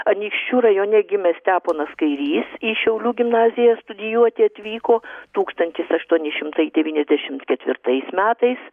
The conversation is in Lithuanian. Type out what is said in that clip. anykščių rajone gimęs steponas kairys į šiaulių gimnaziją studijuoti atvyko tūkstantis aštuoni šimtai devyniasdešimt ketvirtais metais